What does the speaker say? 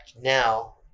now